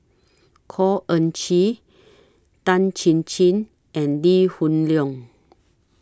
Khor Ean Ghee Tan Chin Chin and Lee Hoon Leong